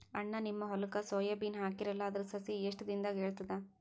ಅಣ್ಣಾ, ನಿಮ್ಮ ಹೊಲಕ್ಕ ಸೋಯ ಬೀನ ಹಾಕೀರಲಾ, ಅದರ ಸಸಿ ಎಷ್ಟ ದಿಂದಾಗ ಏಳತದ?